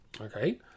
Okay